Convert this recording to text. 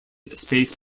space